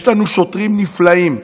יש לנו שוטרים נפלאים,